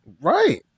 Right